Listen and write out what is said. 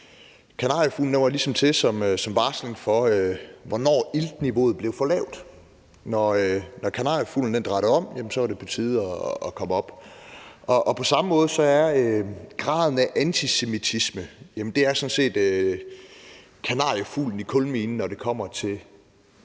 kanariefuglen var der til at varsle om, hvornår iltniveauet blev for lavt; når kanariefuglen drattede om, var det på tide at komme op. På samme måde gælder det graden af antisemitisme; det er sådan set kanariefuglen i kulminen, når det kommer til